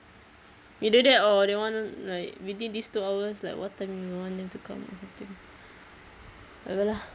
either that or they want like within these two hours like what time do you want them to come or something whatever lah